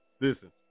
listen